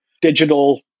digital